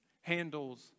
handles